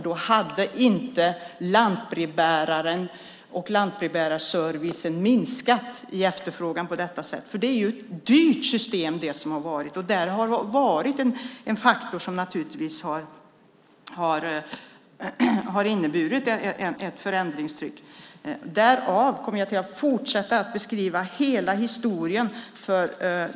Då hade inte efterfrågan på lantbrevbärarservicen minskat på detta sätt. Det system som har varit är ett dyrt system. Det är en faktor i ett förändringstryck. Jag kommer därför att fortsätta att beskriva hela historien.